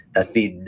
that's the.